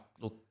look